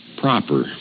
proper